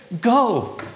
Go